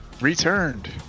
returned